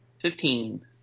Fifteen